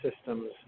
systems